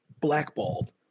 blackballed